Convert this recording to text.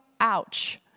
Ouch